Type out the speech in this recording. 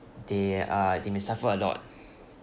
they are they may suffer a lot